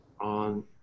on